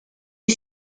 les